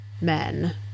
men